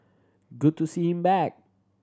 good to see him back